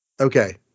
Okay